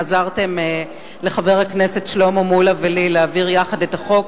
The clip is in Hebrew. עזרתם לחבר הכנסת שלמה מולה ולי להעביר יחד את החוק.